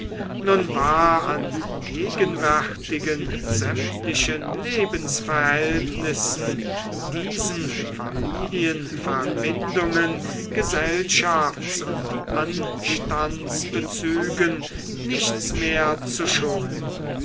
nun war an gegenwärtigen sämtlichen lebensverhältnissen diesen familienverbindungen gesellschafts und anstandsbezügen nichts mehr zu schonen